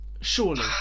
surely